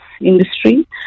industry